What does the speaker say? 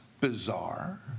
bizarre